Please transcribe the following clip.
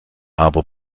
aber